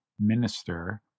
minister